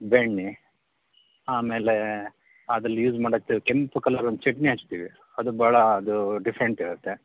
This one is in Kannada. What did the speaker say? ಬೆಣ್ಣೆ ಆಮೇಲೆ ಅದರಲ್ಲಿ ಯೂಸ್ ಮಾಡೋಕ್ಕೆ ಕೆಂಪು ಕಲರ್ ಒಂದು ಚಟ್ನಿ ಹಚ್ತೀವಿ ಅದು ಬಹಳ ಅದು ಡಿಫ್ರೆಂಟ್ ಇರತ್ತೆ